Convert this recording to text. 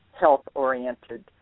health-oriented